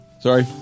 Sorry